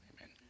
Amen